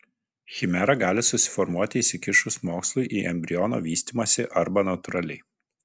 chimera gali susiformuoti įsikišus mokslui į embriono vystymąsi arba natūraliai